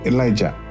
Elijah